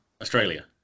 Australia